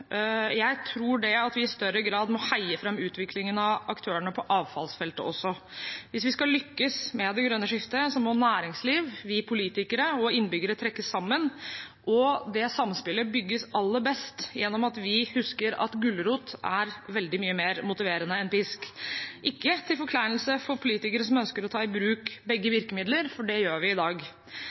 Jeg tror at vi i større grad må heie fram utviklingen av aktørene på avfallsfeltet også. Hvis vi skal lykkes med det grønne skiftet, må næringsliv, vi politikere og innbyggere trekke sammen. Det samspillet bygges aller best gjennom at vi husker at gulrot er veldig mye mer motiverende enn pisk – ikke til forkleinelse for politikere som ønsker å ta i bruk begge virkemidler, for det gjør vi i dag.